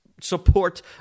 support